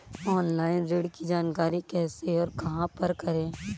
Online ऋण की जानकारी कैसे और कहां पर करें?